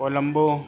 Colombo